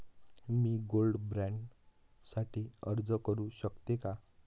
मी gold bond साठी अर्ज करु शकते का?